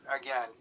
again